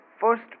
first